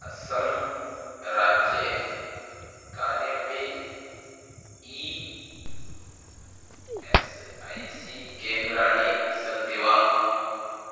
अस्समराज्ये कानि अपि E S I C केन्द्राणि सन्ति वा